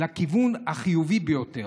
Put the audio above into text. בואו וננסה את הכיוון החיובי ביותר.